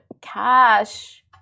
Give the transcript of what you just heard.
cash